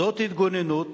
זאת התגוננות